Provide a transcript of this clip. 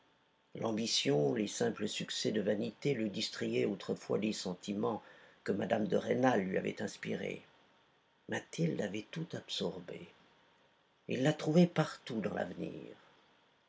l'ambition les simples succès de vanité le distrayaient autrefois des sentiments que mme de rênal lui avait inspirés mathilde avait tout absorbé il la trouvait partout dans l'avenir